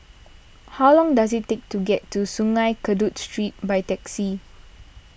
how long does it take to get to Sungei Kadu Street by taxi